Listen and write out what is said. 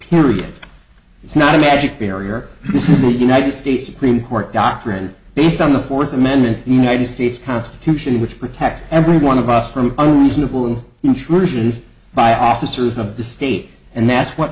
period it's not a magic barrier this is the united states supreme court doctrine based on the fourth amendment the united states constitution which protects every one of us from a reasonable intrusions by officers of the state and that's what